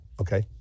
Okay